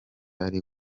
ari